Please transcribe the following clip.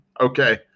Okay